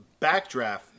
Backdraft